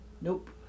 Nope